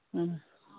हाँ